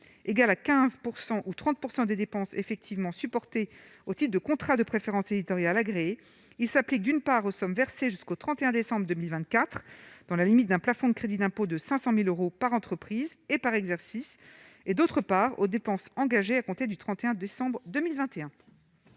égal à 15 % ou 30 % des dépenses effectivement supportées, aussi, de contrats de préférence éditorial agréés, il s'applique : d'une part aux sommes versées jusqu'au 31 décembre 2024, dans la limite d'un plafond de crédit d'impôt de 500000 euros par entreprise et par exercice et, d'autre part aux dépenses engagées à compter du 31 décembre 2021.